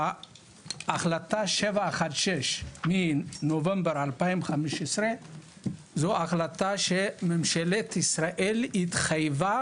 ההחלטה 716 מנובמבר 2015 זו ההחלטה שממשלת ישראל התחייבה